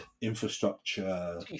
infrastructure